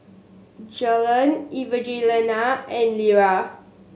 Jalen Evangelina and Lera